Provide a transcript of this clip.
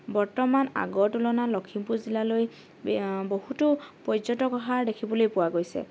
বৰ্তমান আগৰ তুলনাত লখিমপুৰ জিলালৈ বহুতো পৰ্যটক অহা দেখিবলৈ পোৱা গৈছে